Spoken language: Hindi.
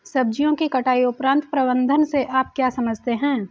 सब्जियों की कटाई उपरांत प्रबंधन से आप क्या समझते हैं?